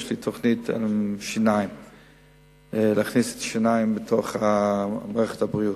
יש לי תוכנית להכניס את טיפול השיניים למערכת הבריאות.